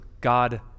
God